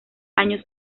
años